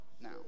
now